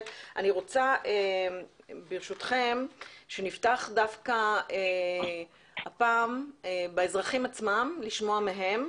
אני רוצה ברשותכם שנפתח הפעם דווקא באזרחים עצמם לשמוע מהם.